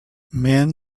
men